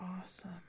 awesome